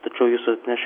tačiau jis atneš